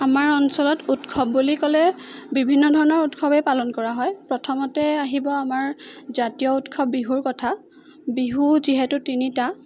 আমাৰ অঞ্চলত উৎসৱ বুলি কলে বিভিন্ন ধৰণৰ উৎসৱেই পালন কৰা হয় প্ৰথমতেই আহিব আমাৰ জাতীয় উৎসৱ বিহুৰ কথা বিহু যিহেতু তিনিটা